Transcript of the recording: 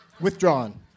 Withdrawn